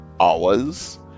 hours